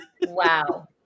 wow